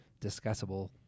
discussable